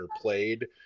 played